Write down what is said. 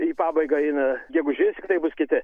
į pabaigą eina gegužė tai bus kiti